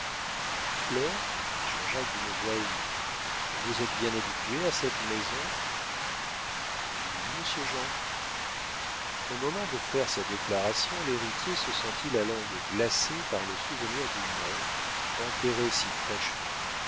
dit jean-jacques d'une voix émue vous êtes bien habituée à cette maison oui monsieur jean au moment de faire sa déclaration l'héritier se sentit la langue glacée par le souvenir du mort enterré si fraîchement